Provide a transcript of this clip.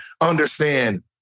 understand